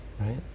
right